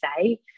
say